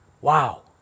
Wow